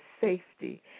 safety